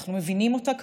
ואנחנו מבינים אותה,